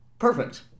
Perfect